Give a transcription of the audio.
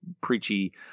preachy